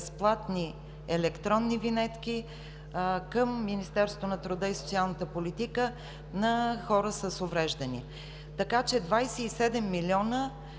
предоставя към Министерството на труда и социалната политика на хора с увреждания. Така че 27 милиона